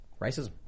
racism